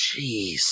jeez